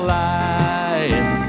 lying